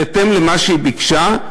בהתאם למה שהיא ביקשה,